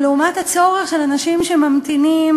אבל לעומת הצורך של אנשים שממתינים,